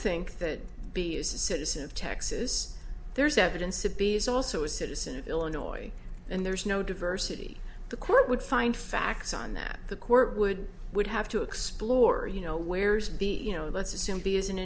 think that b is a citizen of texas there's evidence to be is also a citizen of illinois and there's no diversity the court would find facts on that the court would would have to explore you know where's the you know let's assume the is an